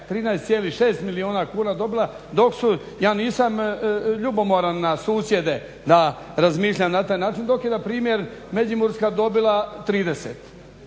13,6 milijuna kuna dobila dok su, ja nisam ljubomoran na susjede da razmišljam na taj način, dok je npr. Međimurska dobila 30.